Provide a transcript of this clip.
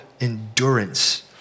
endurance